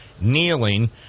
kneeling